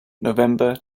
november